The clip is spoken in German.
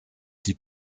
die